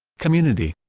community